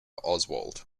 oswald